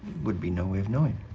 would be no way of knowing.